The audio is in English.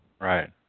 Right